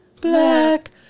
Black